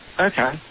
Okay